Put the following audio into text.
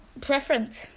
preference